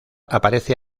aparece